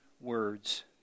words